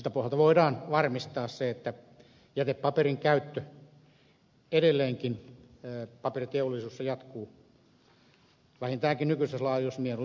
siltä pohjalta voidaan varmistaa se että jätepaperin käyttö edelleenkin paperiteollisuudessa jatkuu vähintäänkin nykyisessä laajuudessa